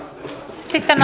sitten